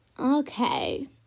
Okay